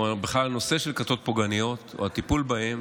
או בכלל הנושא של כתות פוגעניות או הטיפול בהן